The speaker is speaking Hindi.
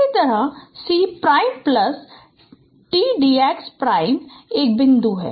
इसी तरह C prime plus t d x prime एक और बिंदु है